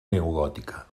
neogòtica